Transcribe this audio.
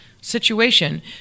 situation